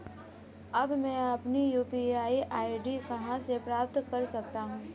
अब मैं अपनी यू.पी.आई आई.डी कहां से प्राप्त कर सकता हूं?